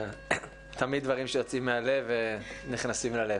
תמיד דברים שיוצאים מהלב נכנסים ללב.